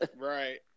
Right